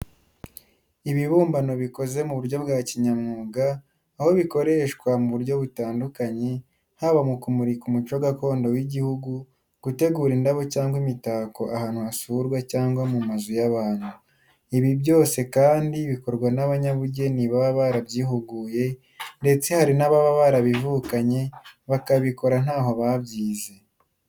Ibibumbano bikoze mu buryo bwa kinyamwuga, aho bikoreshwa mu buryo butandukanye, haba mu kumurika umuco gakondo w'igihugu, gutegura indabo cyangwa imitako ahantu hasurwa cyangwa mu mazu y'abantu. Ibi byose kandi bikorwa n'abanyabugeni baba barabyihuguye ndetse hari n'ababa barabivukanye bakabikora ntaho babyize.